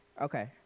Okay